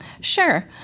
Sure